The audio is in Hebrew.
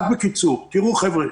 תראו, חבר'ה,